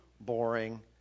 boring